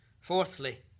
Fourthly